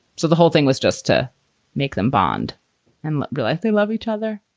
so the whole thing was just to make them bond and realize they love each other